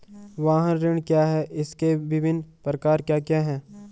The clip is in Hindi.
वाहन ऋण क्या है इसके विभिन्न प्रकार क्या क्या हैं?